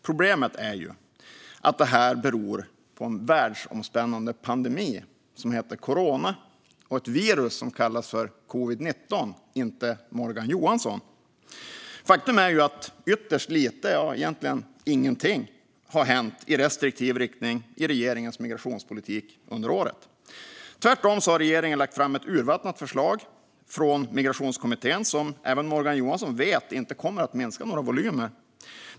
Problemet är dock, fru talman, att minskningen beror på en världsomspännande pandemi i form av ett coronavirus som orsakar sjukdomen covid-19. Den beror inte på Morgan Johansson. Faktum är att ytterst lite - ja, egentligen ingenting - har hänt i restriktiv riktning i regeringens migrationspolitik under året. Tvärtom har regeringen lagt fram ett urvattnat förslag från Migrationskommittén som även Morgan Johansson vet inte kommer att minska några volymer.